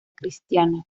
cristiana